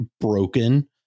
broken